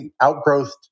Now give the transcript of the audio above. outgrowth